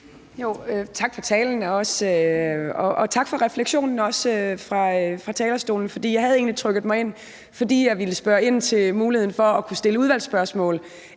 tak for refleksionen fra talerstolen, for jeg havde egentlig trykket mig ind, fordi jeg ville spørge ind til muligheden for at kunne stille udvalgsspørgsmål,